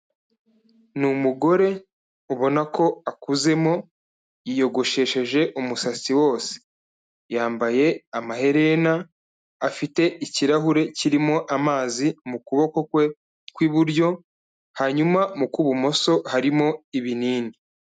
Ni umugore ubona ko akuzemo yi yogoshesheje umusatsi wose yambaye amaherena afite ikirahure kirimo amazi mu kuboko kwe kw'iburyo hanyuma mu kw'ibumoso harimo ibinini.